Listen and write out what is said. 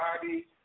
body